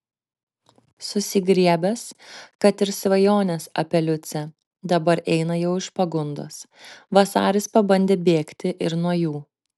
susigriebęs kad ir svajonės apie liucę dabar eina jau iš pagundos vasaris pabandė bėgti ir nuo jų